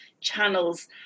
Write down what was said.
channels